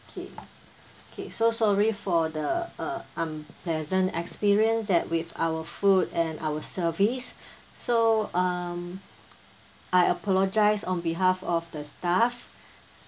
okay okay so sorry for the uh unpleasant experience that with our food and our service so um I apologize on behalf of the staff